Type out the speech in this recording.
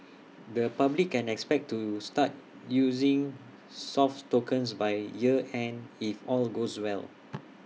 the public can expect to start using soft tokens by year end if all goes well